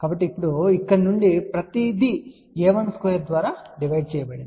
కాబట్టి ఇప్పుడు ఇక్కడ నుండి ప్రతిదీ a1 స్క్వేర్ ద్వారా డివైడ్ చేయబడినది